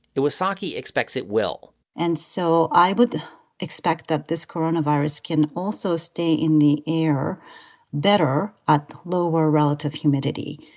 iwasaki expects it will and so i would expect that this coronavirus can also stay in the air better at lower relative humidity,